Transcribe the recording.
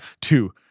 Two